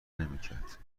نمیکردند